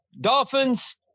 Dolphins